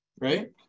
right